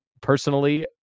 personally